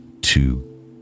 two